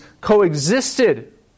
coexisted